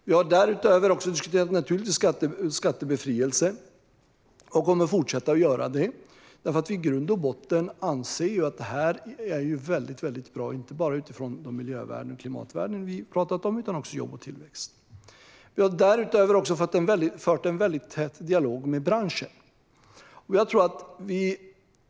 Därutöver har vi också diskuterat skattebefrielse och kommer att fortsätta att göra detta, för vi anser i grund och botten att det är väldigt bra, inte bara utifrån de miljö och klimatvärden vi har pratat om utan också utifrån jobb och tillväxt. Vi har även fört en tät dialog med branschen.